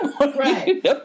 Right